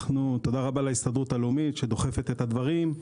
תודה רבה להסתדרות הלאומית שדוחפת את הדברים.